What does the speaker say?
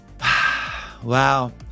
Wow